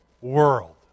world